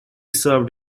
served